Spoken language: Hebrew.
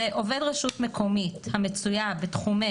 (4) "עובד רשות מקומית המצויה בתחומי